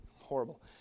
Horrible